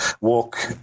walk